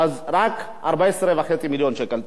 רק 14.5 מיליון שקל.